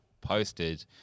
posted